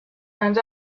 and